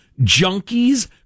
junkies